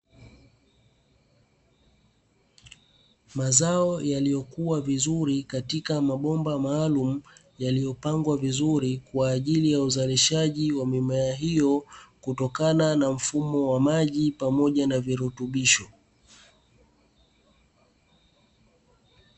Mazao yaliokua vizuri katika mabomba maalumu yaliopangwa vizuri kwaajili ya uzalishaji wa mimea hio, kutokana na mfumo wa maji pamoja na virutubisho.